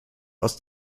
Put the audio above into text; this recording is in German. aus